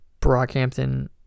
Brockhampton